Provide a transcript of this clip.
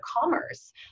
commerce